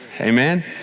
Amen